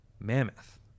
mammoth